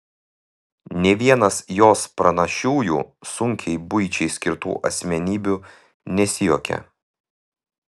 nė vienas jos pranašiųjų sunkiai buičiai skirtų asmenybių nesijuokia